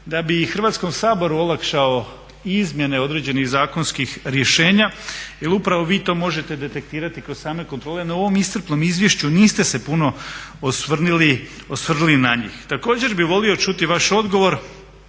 da bi i Hrvatskom saboru olakšali izmjene određenih zakonskih rješenja. Jer upravo vi to možete detektirati kroz same kontrole. No u ovom iscrpnom izvješću niste se puno osvrnuli na njih. Također bih volio čuti vaš odgovor